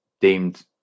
deemed